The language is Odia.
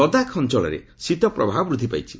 ଲଦାଖ ଅଞ୍ଚଳରେ ଶୀତ ପ୍ରବାହ ବୃଦ୍ଧି ପାଇଛି